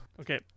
Okay